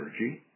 energy